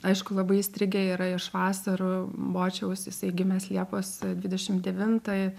aišku labai įstrigę yra iš vasarų bočiaus jisai gimęs liepos dvidešim devintąją